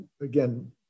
again